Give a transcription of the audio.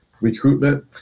recruitment